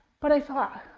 but i thought,